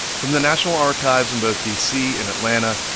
from the national archives in both d c. and atlanta,